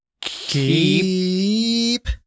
keep